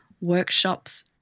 workshops